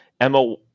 Emma